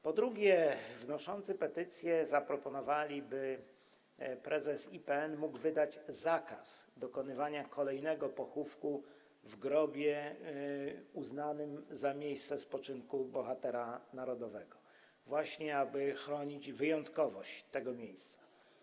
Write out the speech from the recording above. Po drugie, wnoszący petycję zaproponowali, by prezes IPN mógł wydać zakaz dokonywania kolejnego pochówku w grobie uznanym za miejsce spoczynku bohatera narodowego, właśnie aby chronić wyjątkowość tego miejsca.